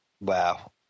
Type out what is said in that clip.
Wow